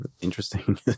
interesting